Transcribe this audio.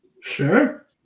Sure